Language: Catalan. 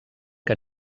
que